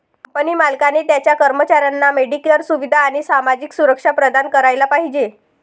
company मालकाने त्याच्या कर्मचाऱ्यांना मेडिकेअर सुविधा आणि सामाजिक सुरक्षा प्रदान करायला पाहिजे